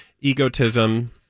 egotism